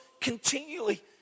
continually